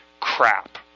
crap